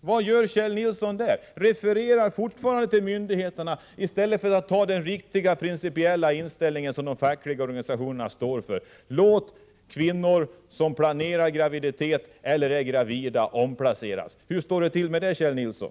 Vad gör Kjell Nilsson där? Han refererar fortfarande till myndigheterna, i stället för att stödja den riktiga, principiella inställning som de fackliga organisationerna står för: att låta kvinnor som planerar graviditet eller är gravida omplaceras. Hur står det till med det, Kjell Nilsson?